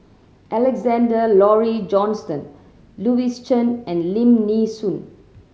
Alexander Laurie Johnston Louis Chen and Lim Nee Soon